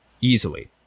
easily